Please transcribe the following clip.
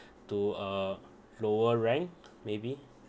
to a lower rank maybe